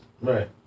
Right